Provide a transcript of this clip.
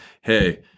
hey